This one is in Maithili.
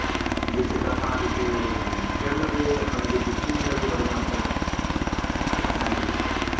जे छै कथा जे छै करि लेबै अपन जे छै से सुनि लेबै बढ़िआँसँ बस भए गेलै